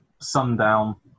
sundown